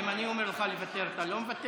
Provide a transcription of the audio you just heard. ואם אני אומר לך לוותר, אתה לא מוותר?